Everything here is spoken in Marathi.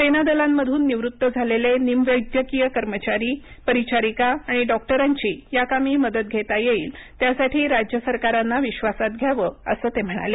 सेना दलांमधून निवृत्त झालेले निमवैद्यकीय कर्मचारी परिचारिका आणि डॉक्टरांची याकामी मदत घेता येईल त्यासाठी राज्य सरकारांना विश्वासात घ्यावं असं ते म्हणाले